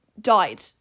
died